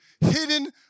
hidden